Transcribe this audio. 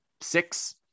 six